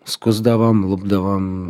skusdavom lupdavom